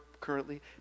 currently